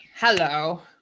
Hello